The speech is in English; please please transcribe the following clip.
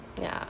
ya